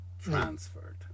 transferred